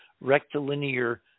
rectilinear